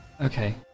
Okay